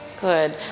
Good